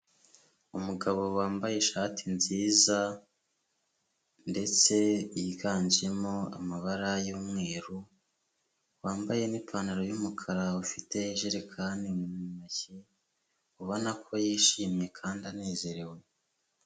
Umugabo wambaye ishati nziza ndetse yiganjemo amabara y'umweru, wambaye n'ipantaro y'umukara, ufite ijerekani mu ntoki, ubona ko yishimye kandi anezerewe.